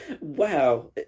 Wow